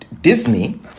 disney